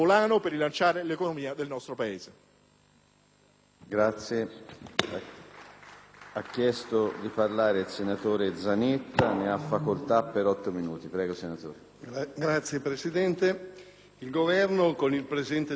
il Governo con il presente decreto-legge è stato tempestivo nell'affrontare tematiche delicate